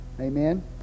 Amen